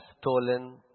stolen